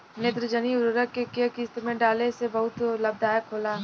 नेत्रजनीय उर्वरक के केय किस्त में डाले से बहुत लाभदायक होला?